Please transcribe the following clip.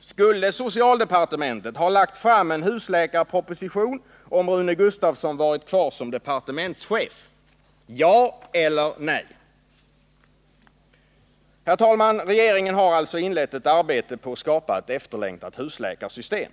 Skulle socialdepartementet ha lagt fram en husläkarproposition om Rune Gustavsson varit kvar som departementschef — ja eller nej? Regeringen har alltså inlett ett arbete på att skapa ett efterlängtat husläkarsystem.